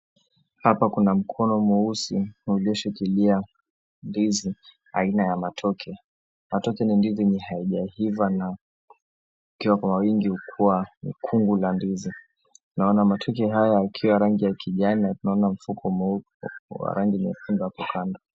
Hapa kuna mkono mweusi ulioshikilia ndizi aina ya matoke. Matoke ni ndizi yenye haijaiva na ikiwa kwa wingi hukua mkungu la ndizi. Naona matoke haya yakiwa rangi ya kijani na tunaona mfuko wa rangi nyekundu hapo kando.